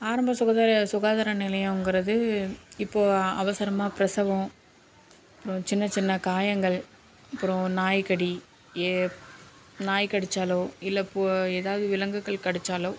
ஆரம்ப சுகதர சுகாதார நிலையம்கிறது இப்போது அவசரமாக பிரசவம் அப்புறம் சின்னச் சின்ன காயங்கள் அப்புறம் நாய்க்கடி ஏ நாய் கடித்தாலோ இல்லை பு ஏதாவது விலங்குகள் கடித்தாலோ